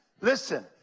Listen